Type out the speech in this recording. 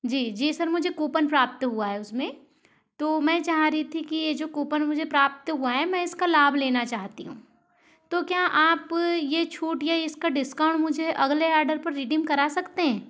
जी जी सर मुझे कूपन प्राप्त हुआ है उसमें तो मैं चाह रही थी कि ये जो कूपन मुझे प्राप्त हुआ है मैं इसका लाभ लेना चाहती हूँ तो क्या आप ये छूट या इसका डिस्काउंट मुझे अगले ऑर्डर पर रिडीम करा सकते हैं